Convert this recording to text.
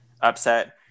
upset